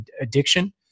addiction